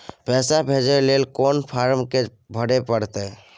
पैसा भेजय लेल कोन फारम के भरय परतै?